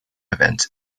events